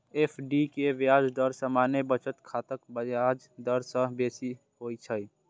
FD के ब्याज दर सामान्य बचत खाताक ब्याज दर सं बेसी होइ छै